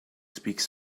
speaks